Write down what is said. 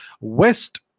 West